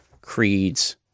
creeds